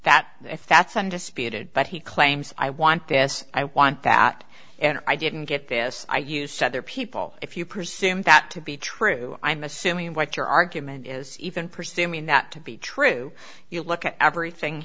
that if that's undisputed but he claims i want gas i want that and i didn't get this i used other people if you pursue him that to be true i'm assuming what your argument is even pursue mean that to be true you look at everything